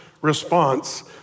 response